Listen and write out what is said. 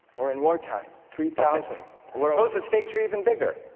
or in more time, three thousand or suppose the stakes were even bigger.